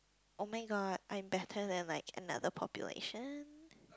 [oh]-my-god I'm better than like another population